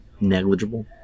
negligible